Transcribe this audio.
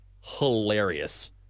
hilarious